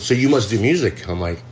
so you must do music. i'm like,